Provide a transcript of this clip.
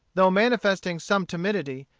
though manifesting some timidity,